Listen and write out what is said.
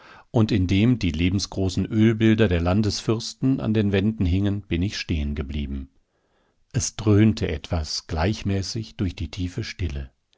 und in dem die lebensgroßen ölbilder der landesfürsten an den wänden hingen bin ich stehen geblieben es dröhnte etwas gleichmäßig durch die tiefe stille